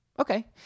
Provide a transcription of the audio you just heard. okay